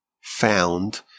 found